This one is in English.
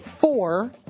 four